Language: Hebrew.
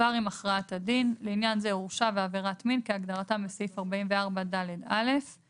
ויחולו לעניין זה הוראות סעיף 44 אלא אם כן הורה השר כי